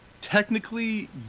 technically